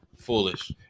Foolish